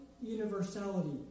universality